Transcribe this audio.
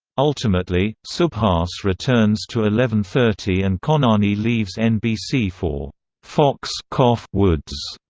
ultimately, subhas returns to eleven thirty and khonani leaves nbc for fox kind of woods.